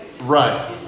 Right